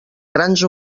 grans